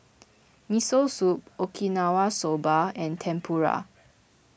Miso Soup Okinawa Soba and Tempura